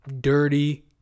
dirty